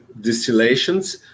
distillations